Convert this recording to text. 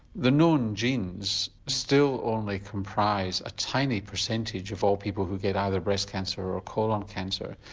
the known genes still only comprise a tiny percentage of all people who get either breast cancer or colon cancer.